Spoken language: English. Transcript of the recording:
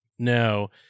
No